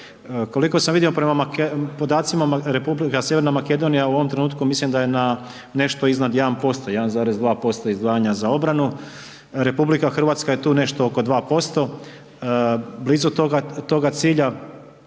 Koliko sam vidio u podacima, Republika Sjeverna Makedonija u ovom trenutku, mislim da je nešto iznad 1%, 1,2% izdvajanja za obranu, RH je tu nešto oko 2%, blizu toga cilja,